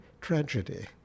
tragedy